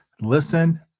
listen